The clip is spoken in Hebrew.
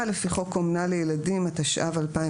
לפי חוק אומנה לילדים התשע"ו-2016,